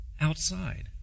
outside